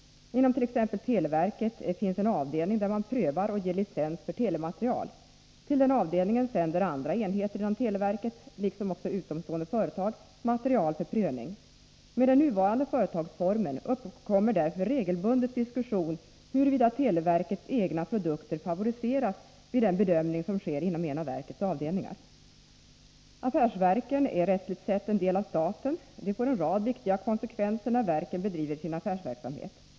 Inom t.ex. televerket finns det en avdelning där man prövar och ger licens för telematerial. Till denna avdelning sänder andra enheter inom televerket liksom utomstående företag material för prövning. Med den nuvarande företagsformen uppkommer därför regelbundet diskussion huruvida televerkets egna produkter favoriseras vid den bedömning som sker inom en av verkets avdelningar. Affärsverken är rättsligt sett en del av staten. Detta får en rad viktiga konsekvenser när verken bedriver sin affärsverksamhet.